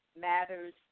matters